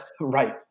Right